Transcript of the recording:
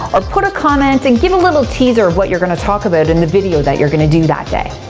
or put a comment and give a little teaser of what you're gonna talk about in the video that you're gonna do that day.